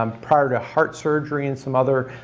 um prior to heart surgery and some other